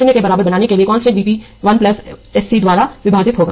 इसे 0 के बराबर बनाने के लिए कांस्टेंट Vp 1SC द्वारा विभाजित होगा